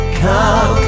come